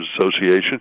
Association